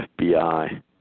FBI